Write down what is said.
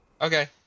Okay